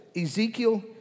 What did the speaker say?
Ezekiel